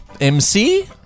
MC